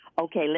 Okay